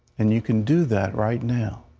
and you can do that right now.